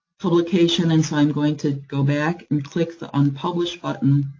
publication, and so i'm going to go back and click the unpublished button,